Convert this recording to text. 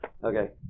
Okay